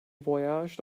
voyaged